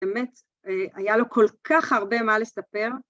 ‫אמת, היה לו כל כך הרבה מה לספר.